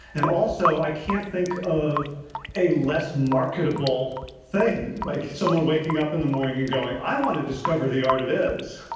and also, i can't think of a less marketable thing. like someone waking up in the morning and going, i want to discover the art of his.